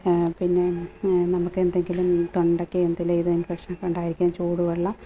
പിന്നെ നമുക്ക് എന്തെങ്കിലും തൊണ്ടക്ക് എന്തിലേതിലും പ്രശ്നം ഒക്കെ ഉണ്ടായിക്കഴിഞ്ഞാൽ ചൂടുവെള്ളം